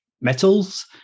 metals